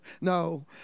no